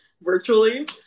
virtually